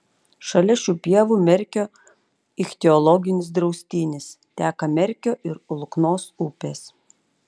šalia šių pievų merkio ichtiologinis draustinis teka merkio ir luknos upės